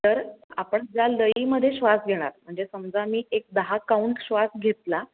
तर आपण ज्या लयीमध्ये श्वास घेणार म्हणजे समजा मी एक दहा काउंट श्वास घेतला